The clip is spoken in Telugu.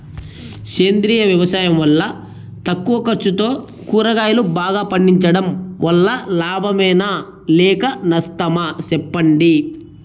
సేంద్రియ వ్యవసాయం వల్ల తక్కువ ఖర్చుతో కూరగాయలు బాగా పండించడం వల్ల లాభమేనా లేక నష్టమా సెప్పండి